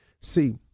See